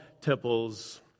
temples